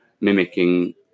mimicking